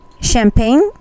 champagne